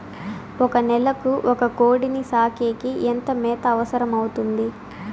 ఒక నెలకు ఒక కోడిని సాకేకి ఎంత మేత అవసరమవుతుంది?